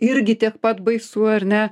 irgi tiek pat baisu ar ne